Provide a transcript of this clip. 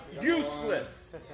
useless